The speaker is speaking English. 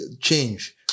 change